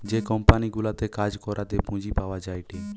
যে কোম্পানি গুলাতে কাজ করাতে পুঁজি পাওয়া যায়টে